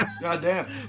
Goddamn